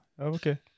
Okay